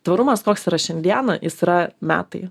tvarumas koks yra šiandieną jis yra metai